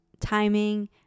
timing